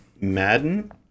Madden